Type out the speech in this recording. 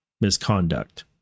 misconduct